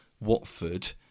Watford